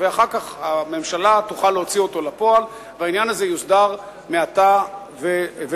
ואחר כך הממשלה תוכל להוציא אותו לפועל והעניין הזה יוסדר מעתה ולעתיד.